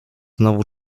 znowu